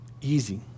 easy